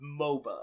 MOBA